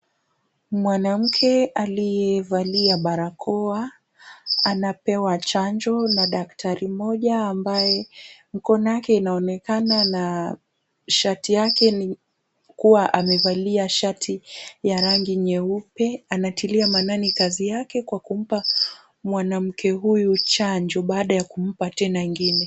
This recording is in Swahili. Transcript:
Mwanamke aliye valia barakoa. Anapewa chanjo na daktari mmoja ambaye mkono yake inaonekana na shati yake ni kuwa amevalia shati ya rangi nyeupe. Anatilia maanani kazi yake kwa kumpa mwanamke huyu chanjo baada ya kumpa tena ingine.